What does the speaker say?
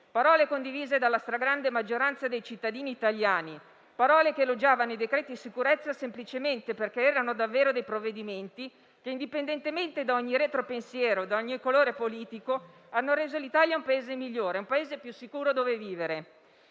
parole condivise dalla stragrande maggioranza dei cittadini italiani, parole che elogiavano i decreti sicurezza semplicemente perché erano davvero provvedimenti che, indipendentemente da ogni retropensiero e colore politico, hanno reso l'Italia un Paese migliore e più sicuro dove vivere.